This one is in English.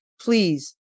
please